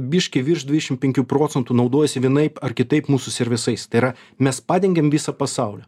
biškį virš dviešim penkių procentų naudojasi vienaip ar kitaip mūsų servisais tai yra mes padengėm visą pasaulį